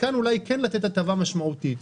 כאן אולי כן לתת הטבה משמעותית.